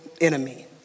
enemy